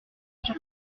cher